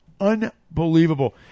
Unbelievable